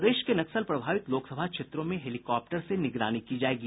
प्रदेश के नक्सल प्रभावित लोकसभा क्षेत्रों में हेलिकॉप्टर से निगरानी की जायेगी